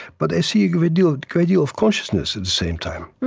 but i see a great deal great deal of consciousness at the same time.